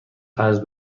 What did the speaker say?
قرض